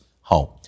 home